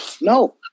No